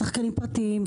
ויש גם שחקנים פרטיים,